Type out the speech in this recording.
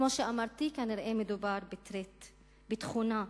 כמו שאמרתי, כנראה מדובר ב-trait, בתכונה.